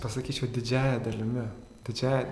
pasakyčiau didžiąja dalimi didžiąja